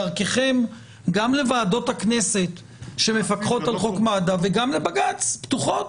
דרככם גם לוועדות הכנסת שמפקחות על חוק מד"א וגם לבג"ץ פתוחה.